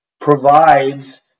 provides